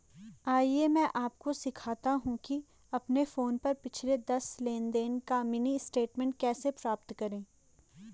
आइए मैं आपको सिखाता हूं कि अपने फोन पर पिछले दस लेनदेन का मिनी स्टेटमेंट कैसे प्राप्त करें